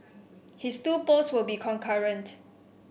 his two posts will be concurrent